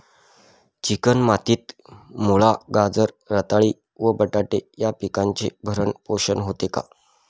Chicken मातीत मुळा, गाजर, रताळी व बटाटे या पिकांचे भरण पोषण होते का?